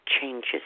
changes